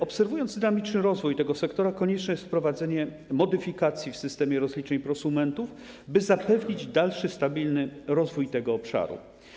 Obserwując dynamiczny rozwój tego sektora, widzimy, że konieczne jest wprowadzenie modyfikacji w systemie rozliczeń prosumentów, by zapewnić dalszy stabilny rozwój tego obszaru.